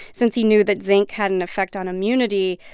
since he knew that zinc had an effect on immunity,